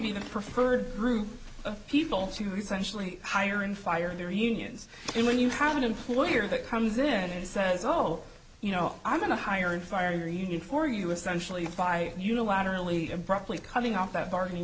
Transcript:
be the preferred group of people to essentially hire and fire their unions and when you have an employer that comes then and says well you know i'm going to hire and fire your union for you essentially by unilaterally abruptly coming off that bargaining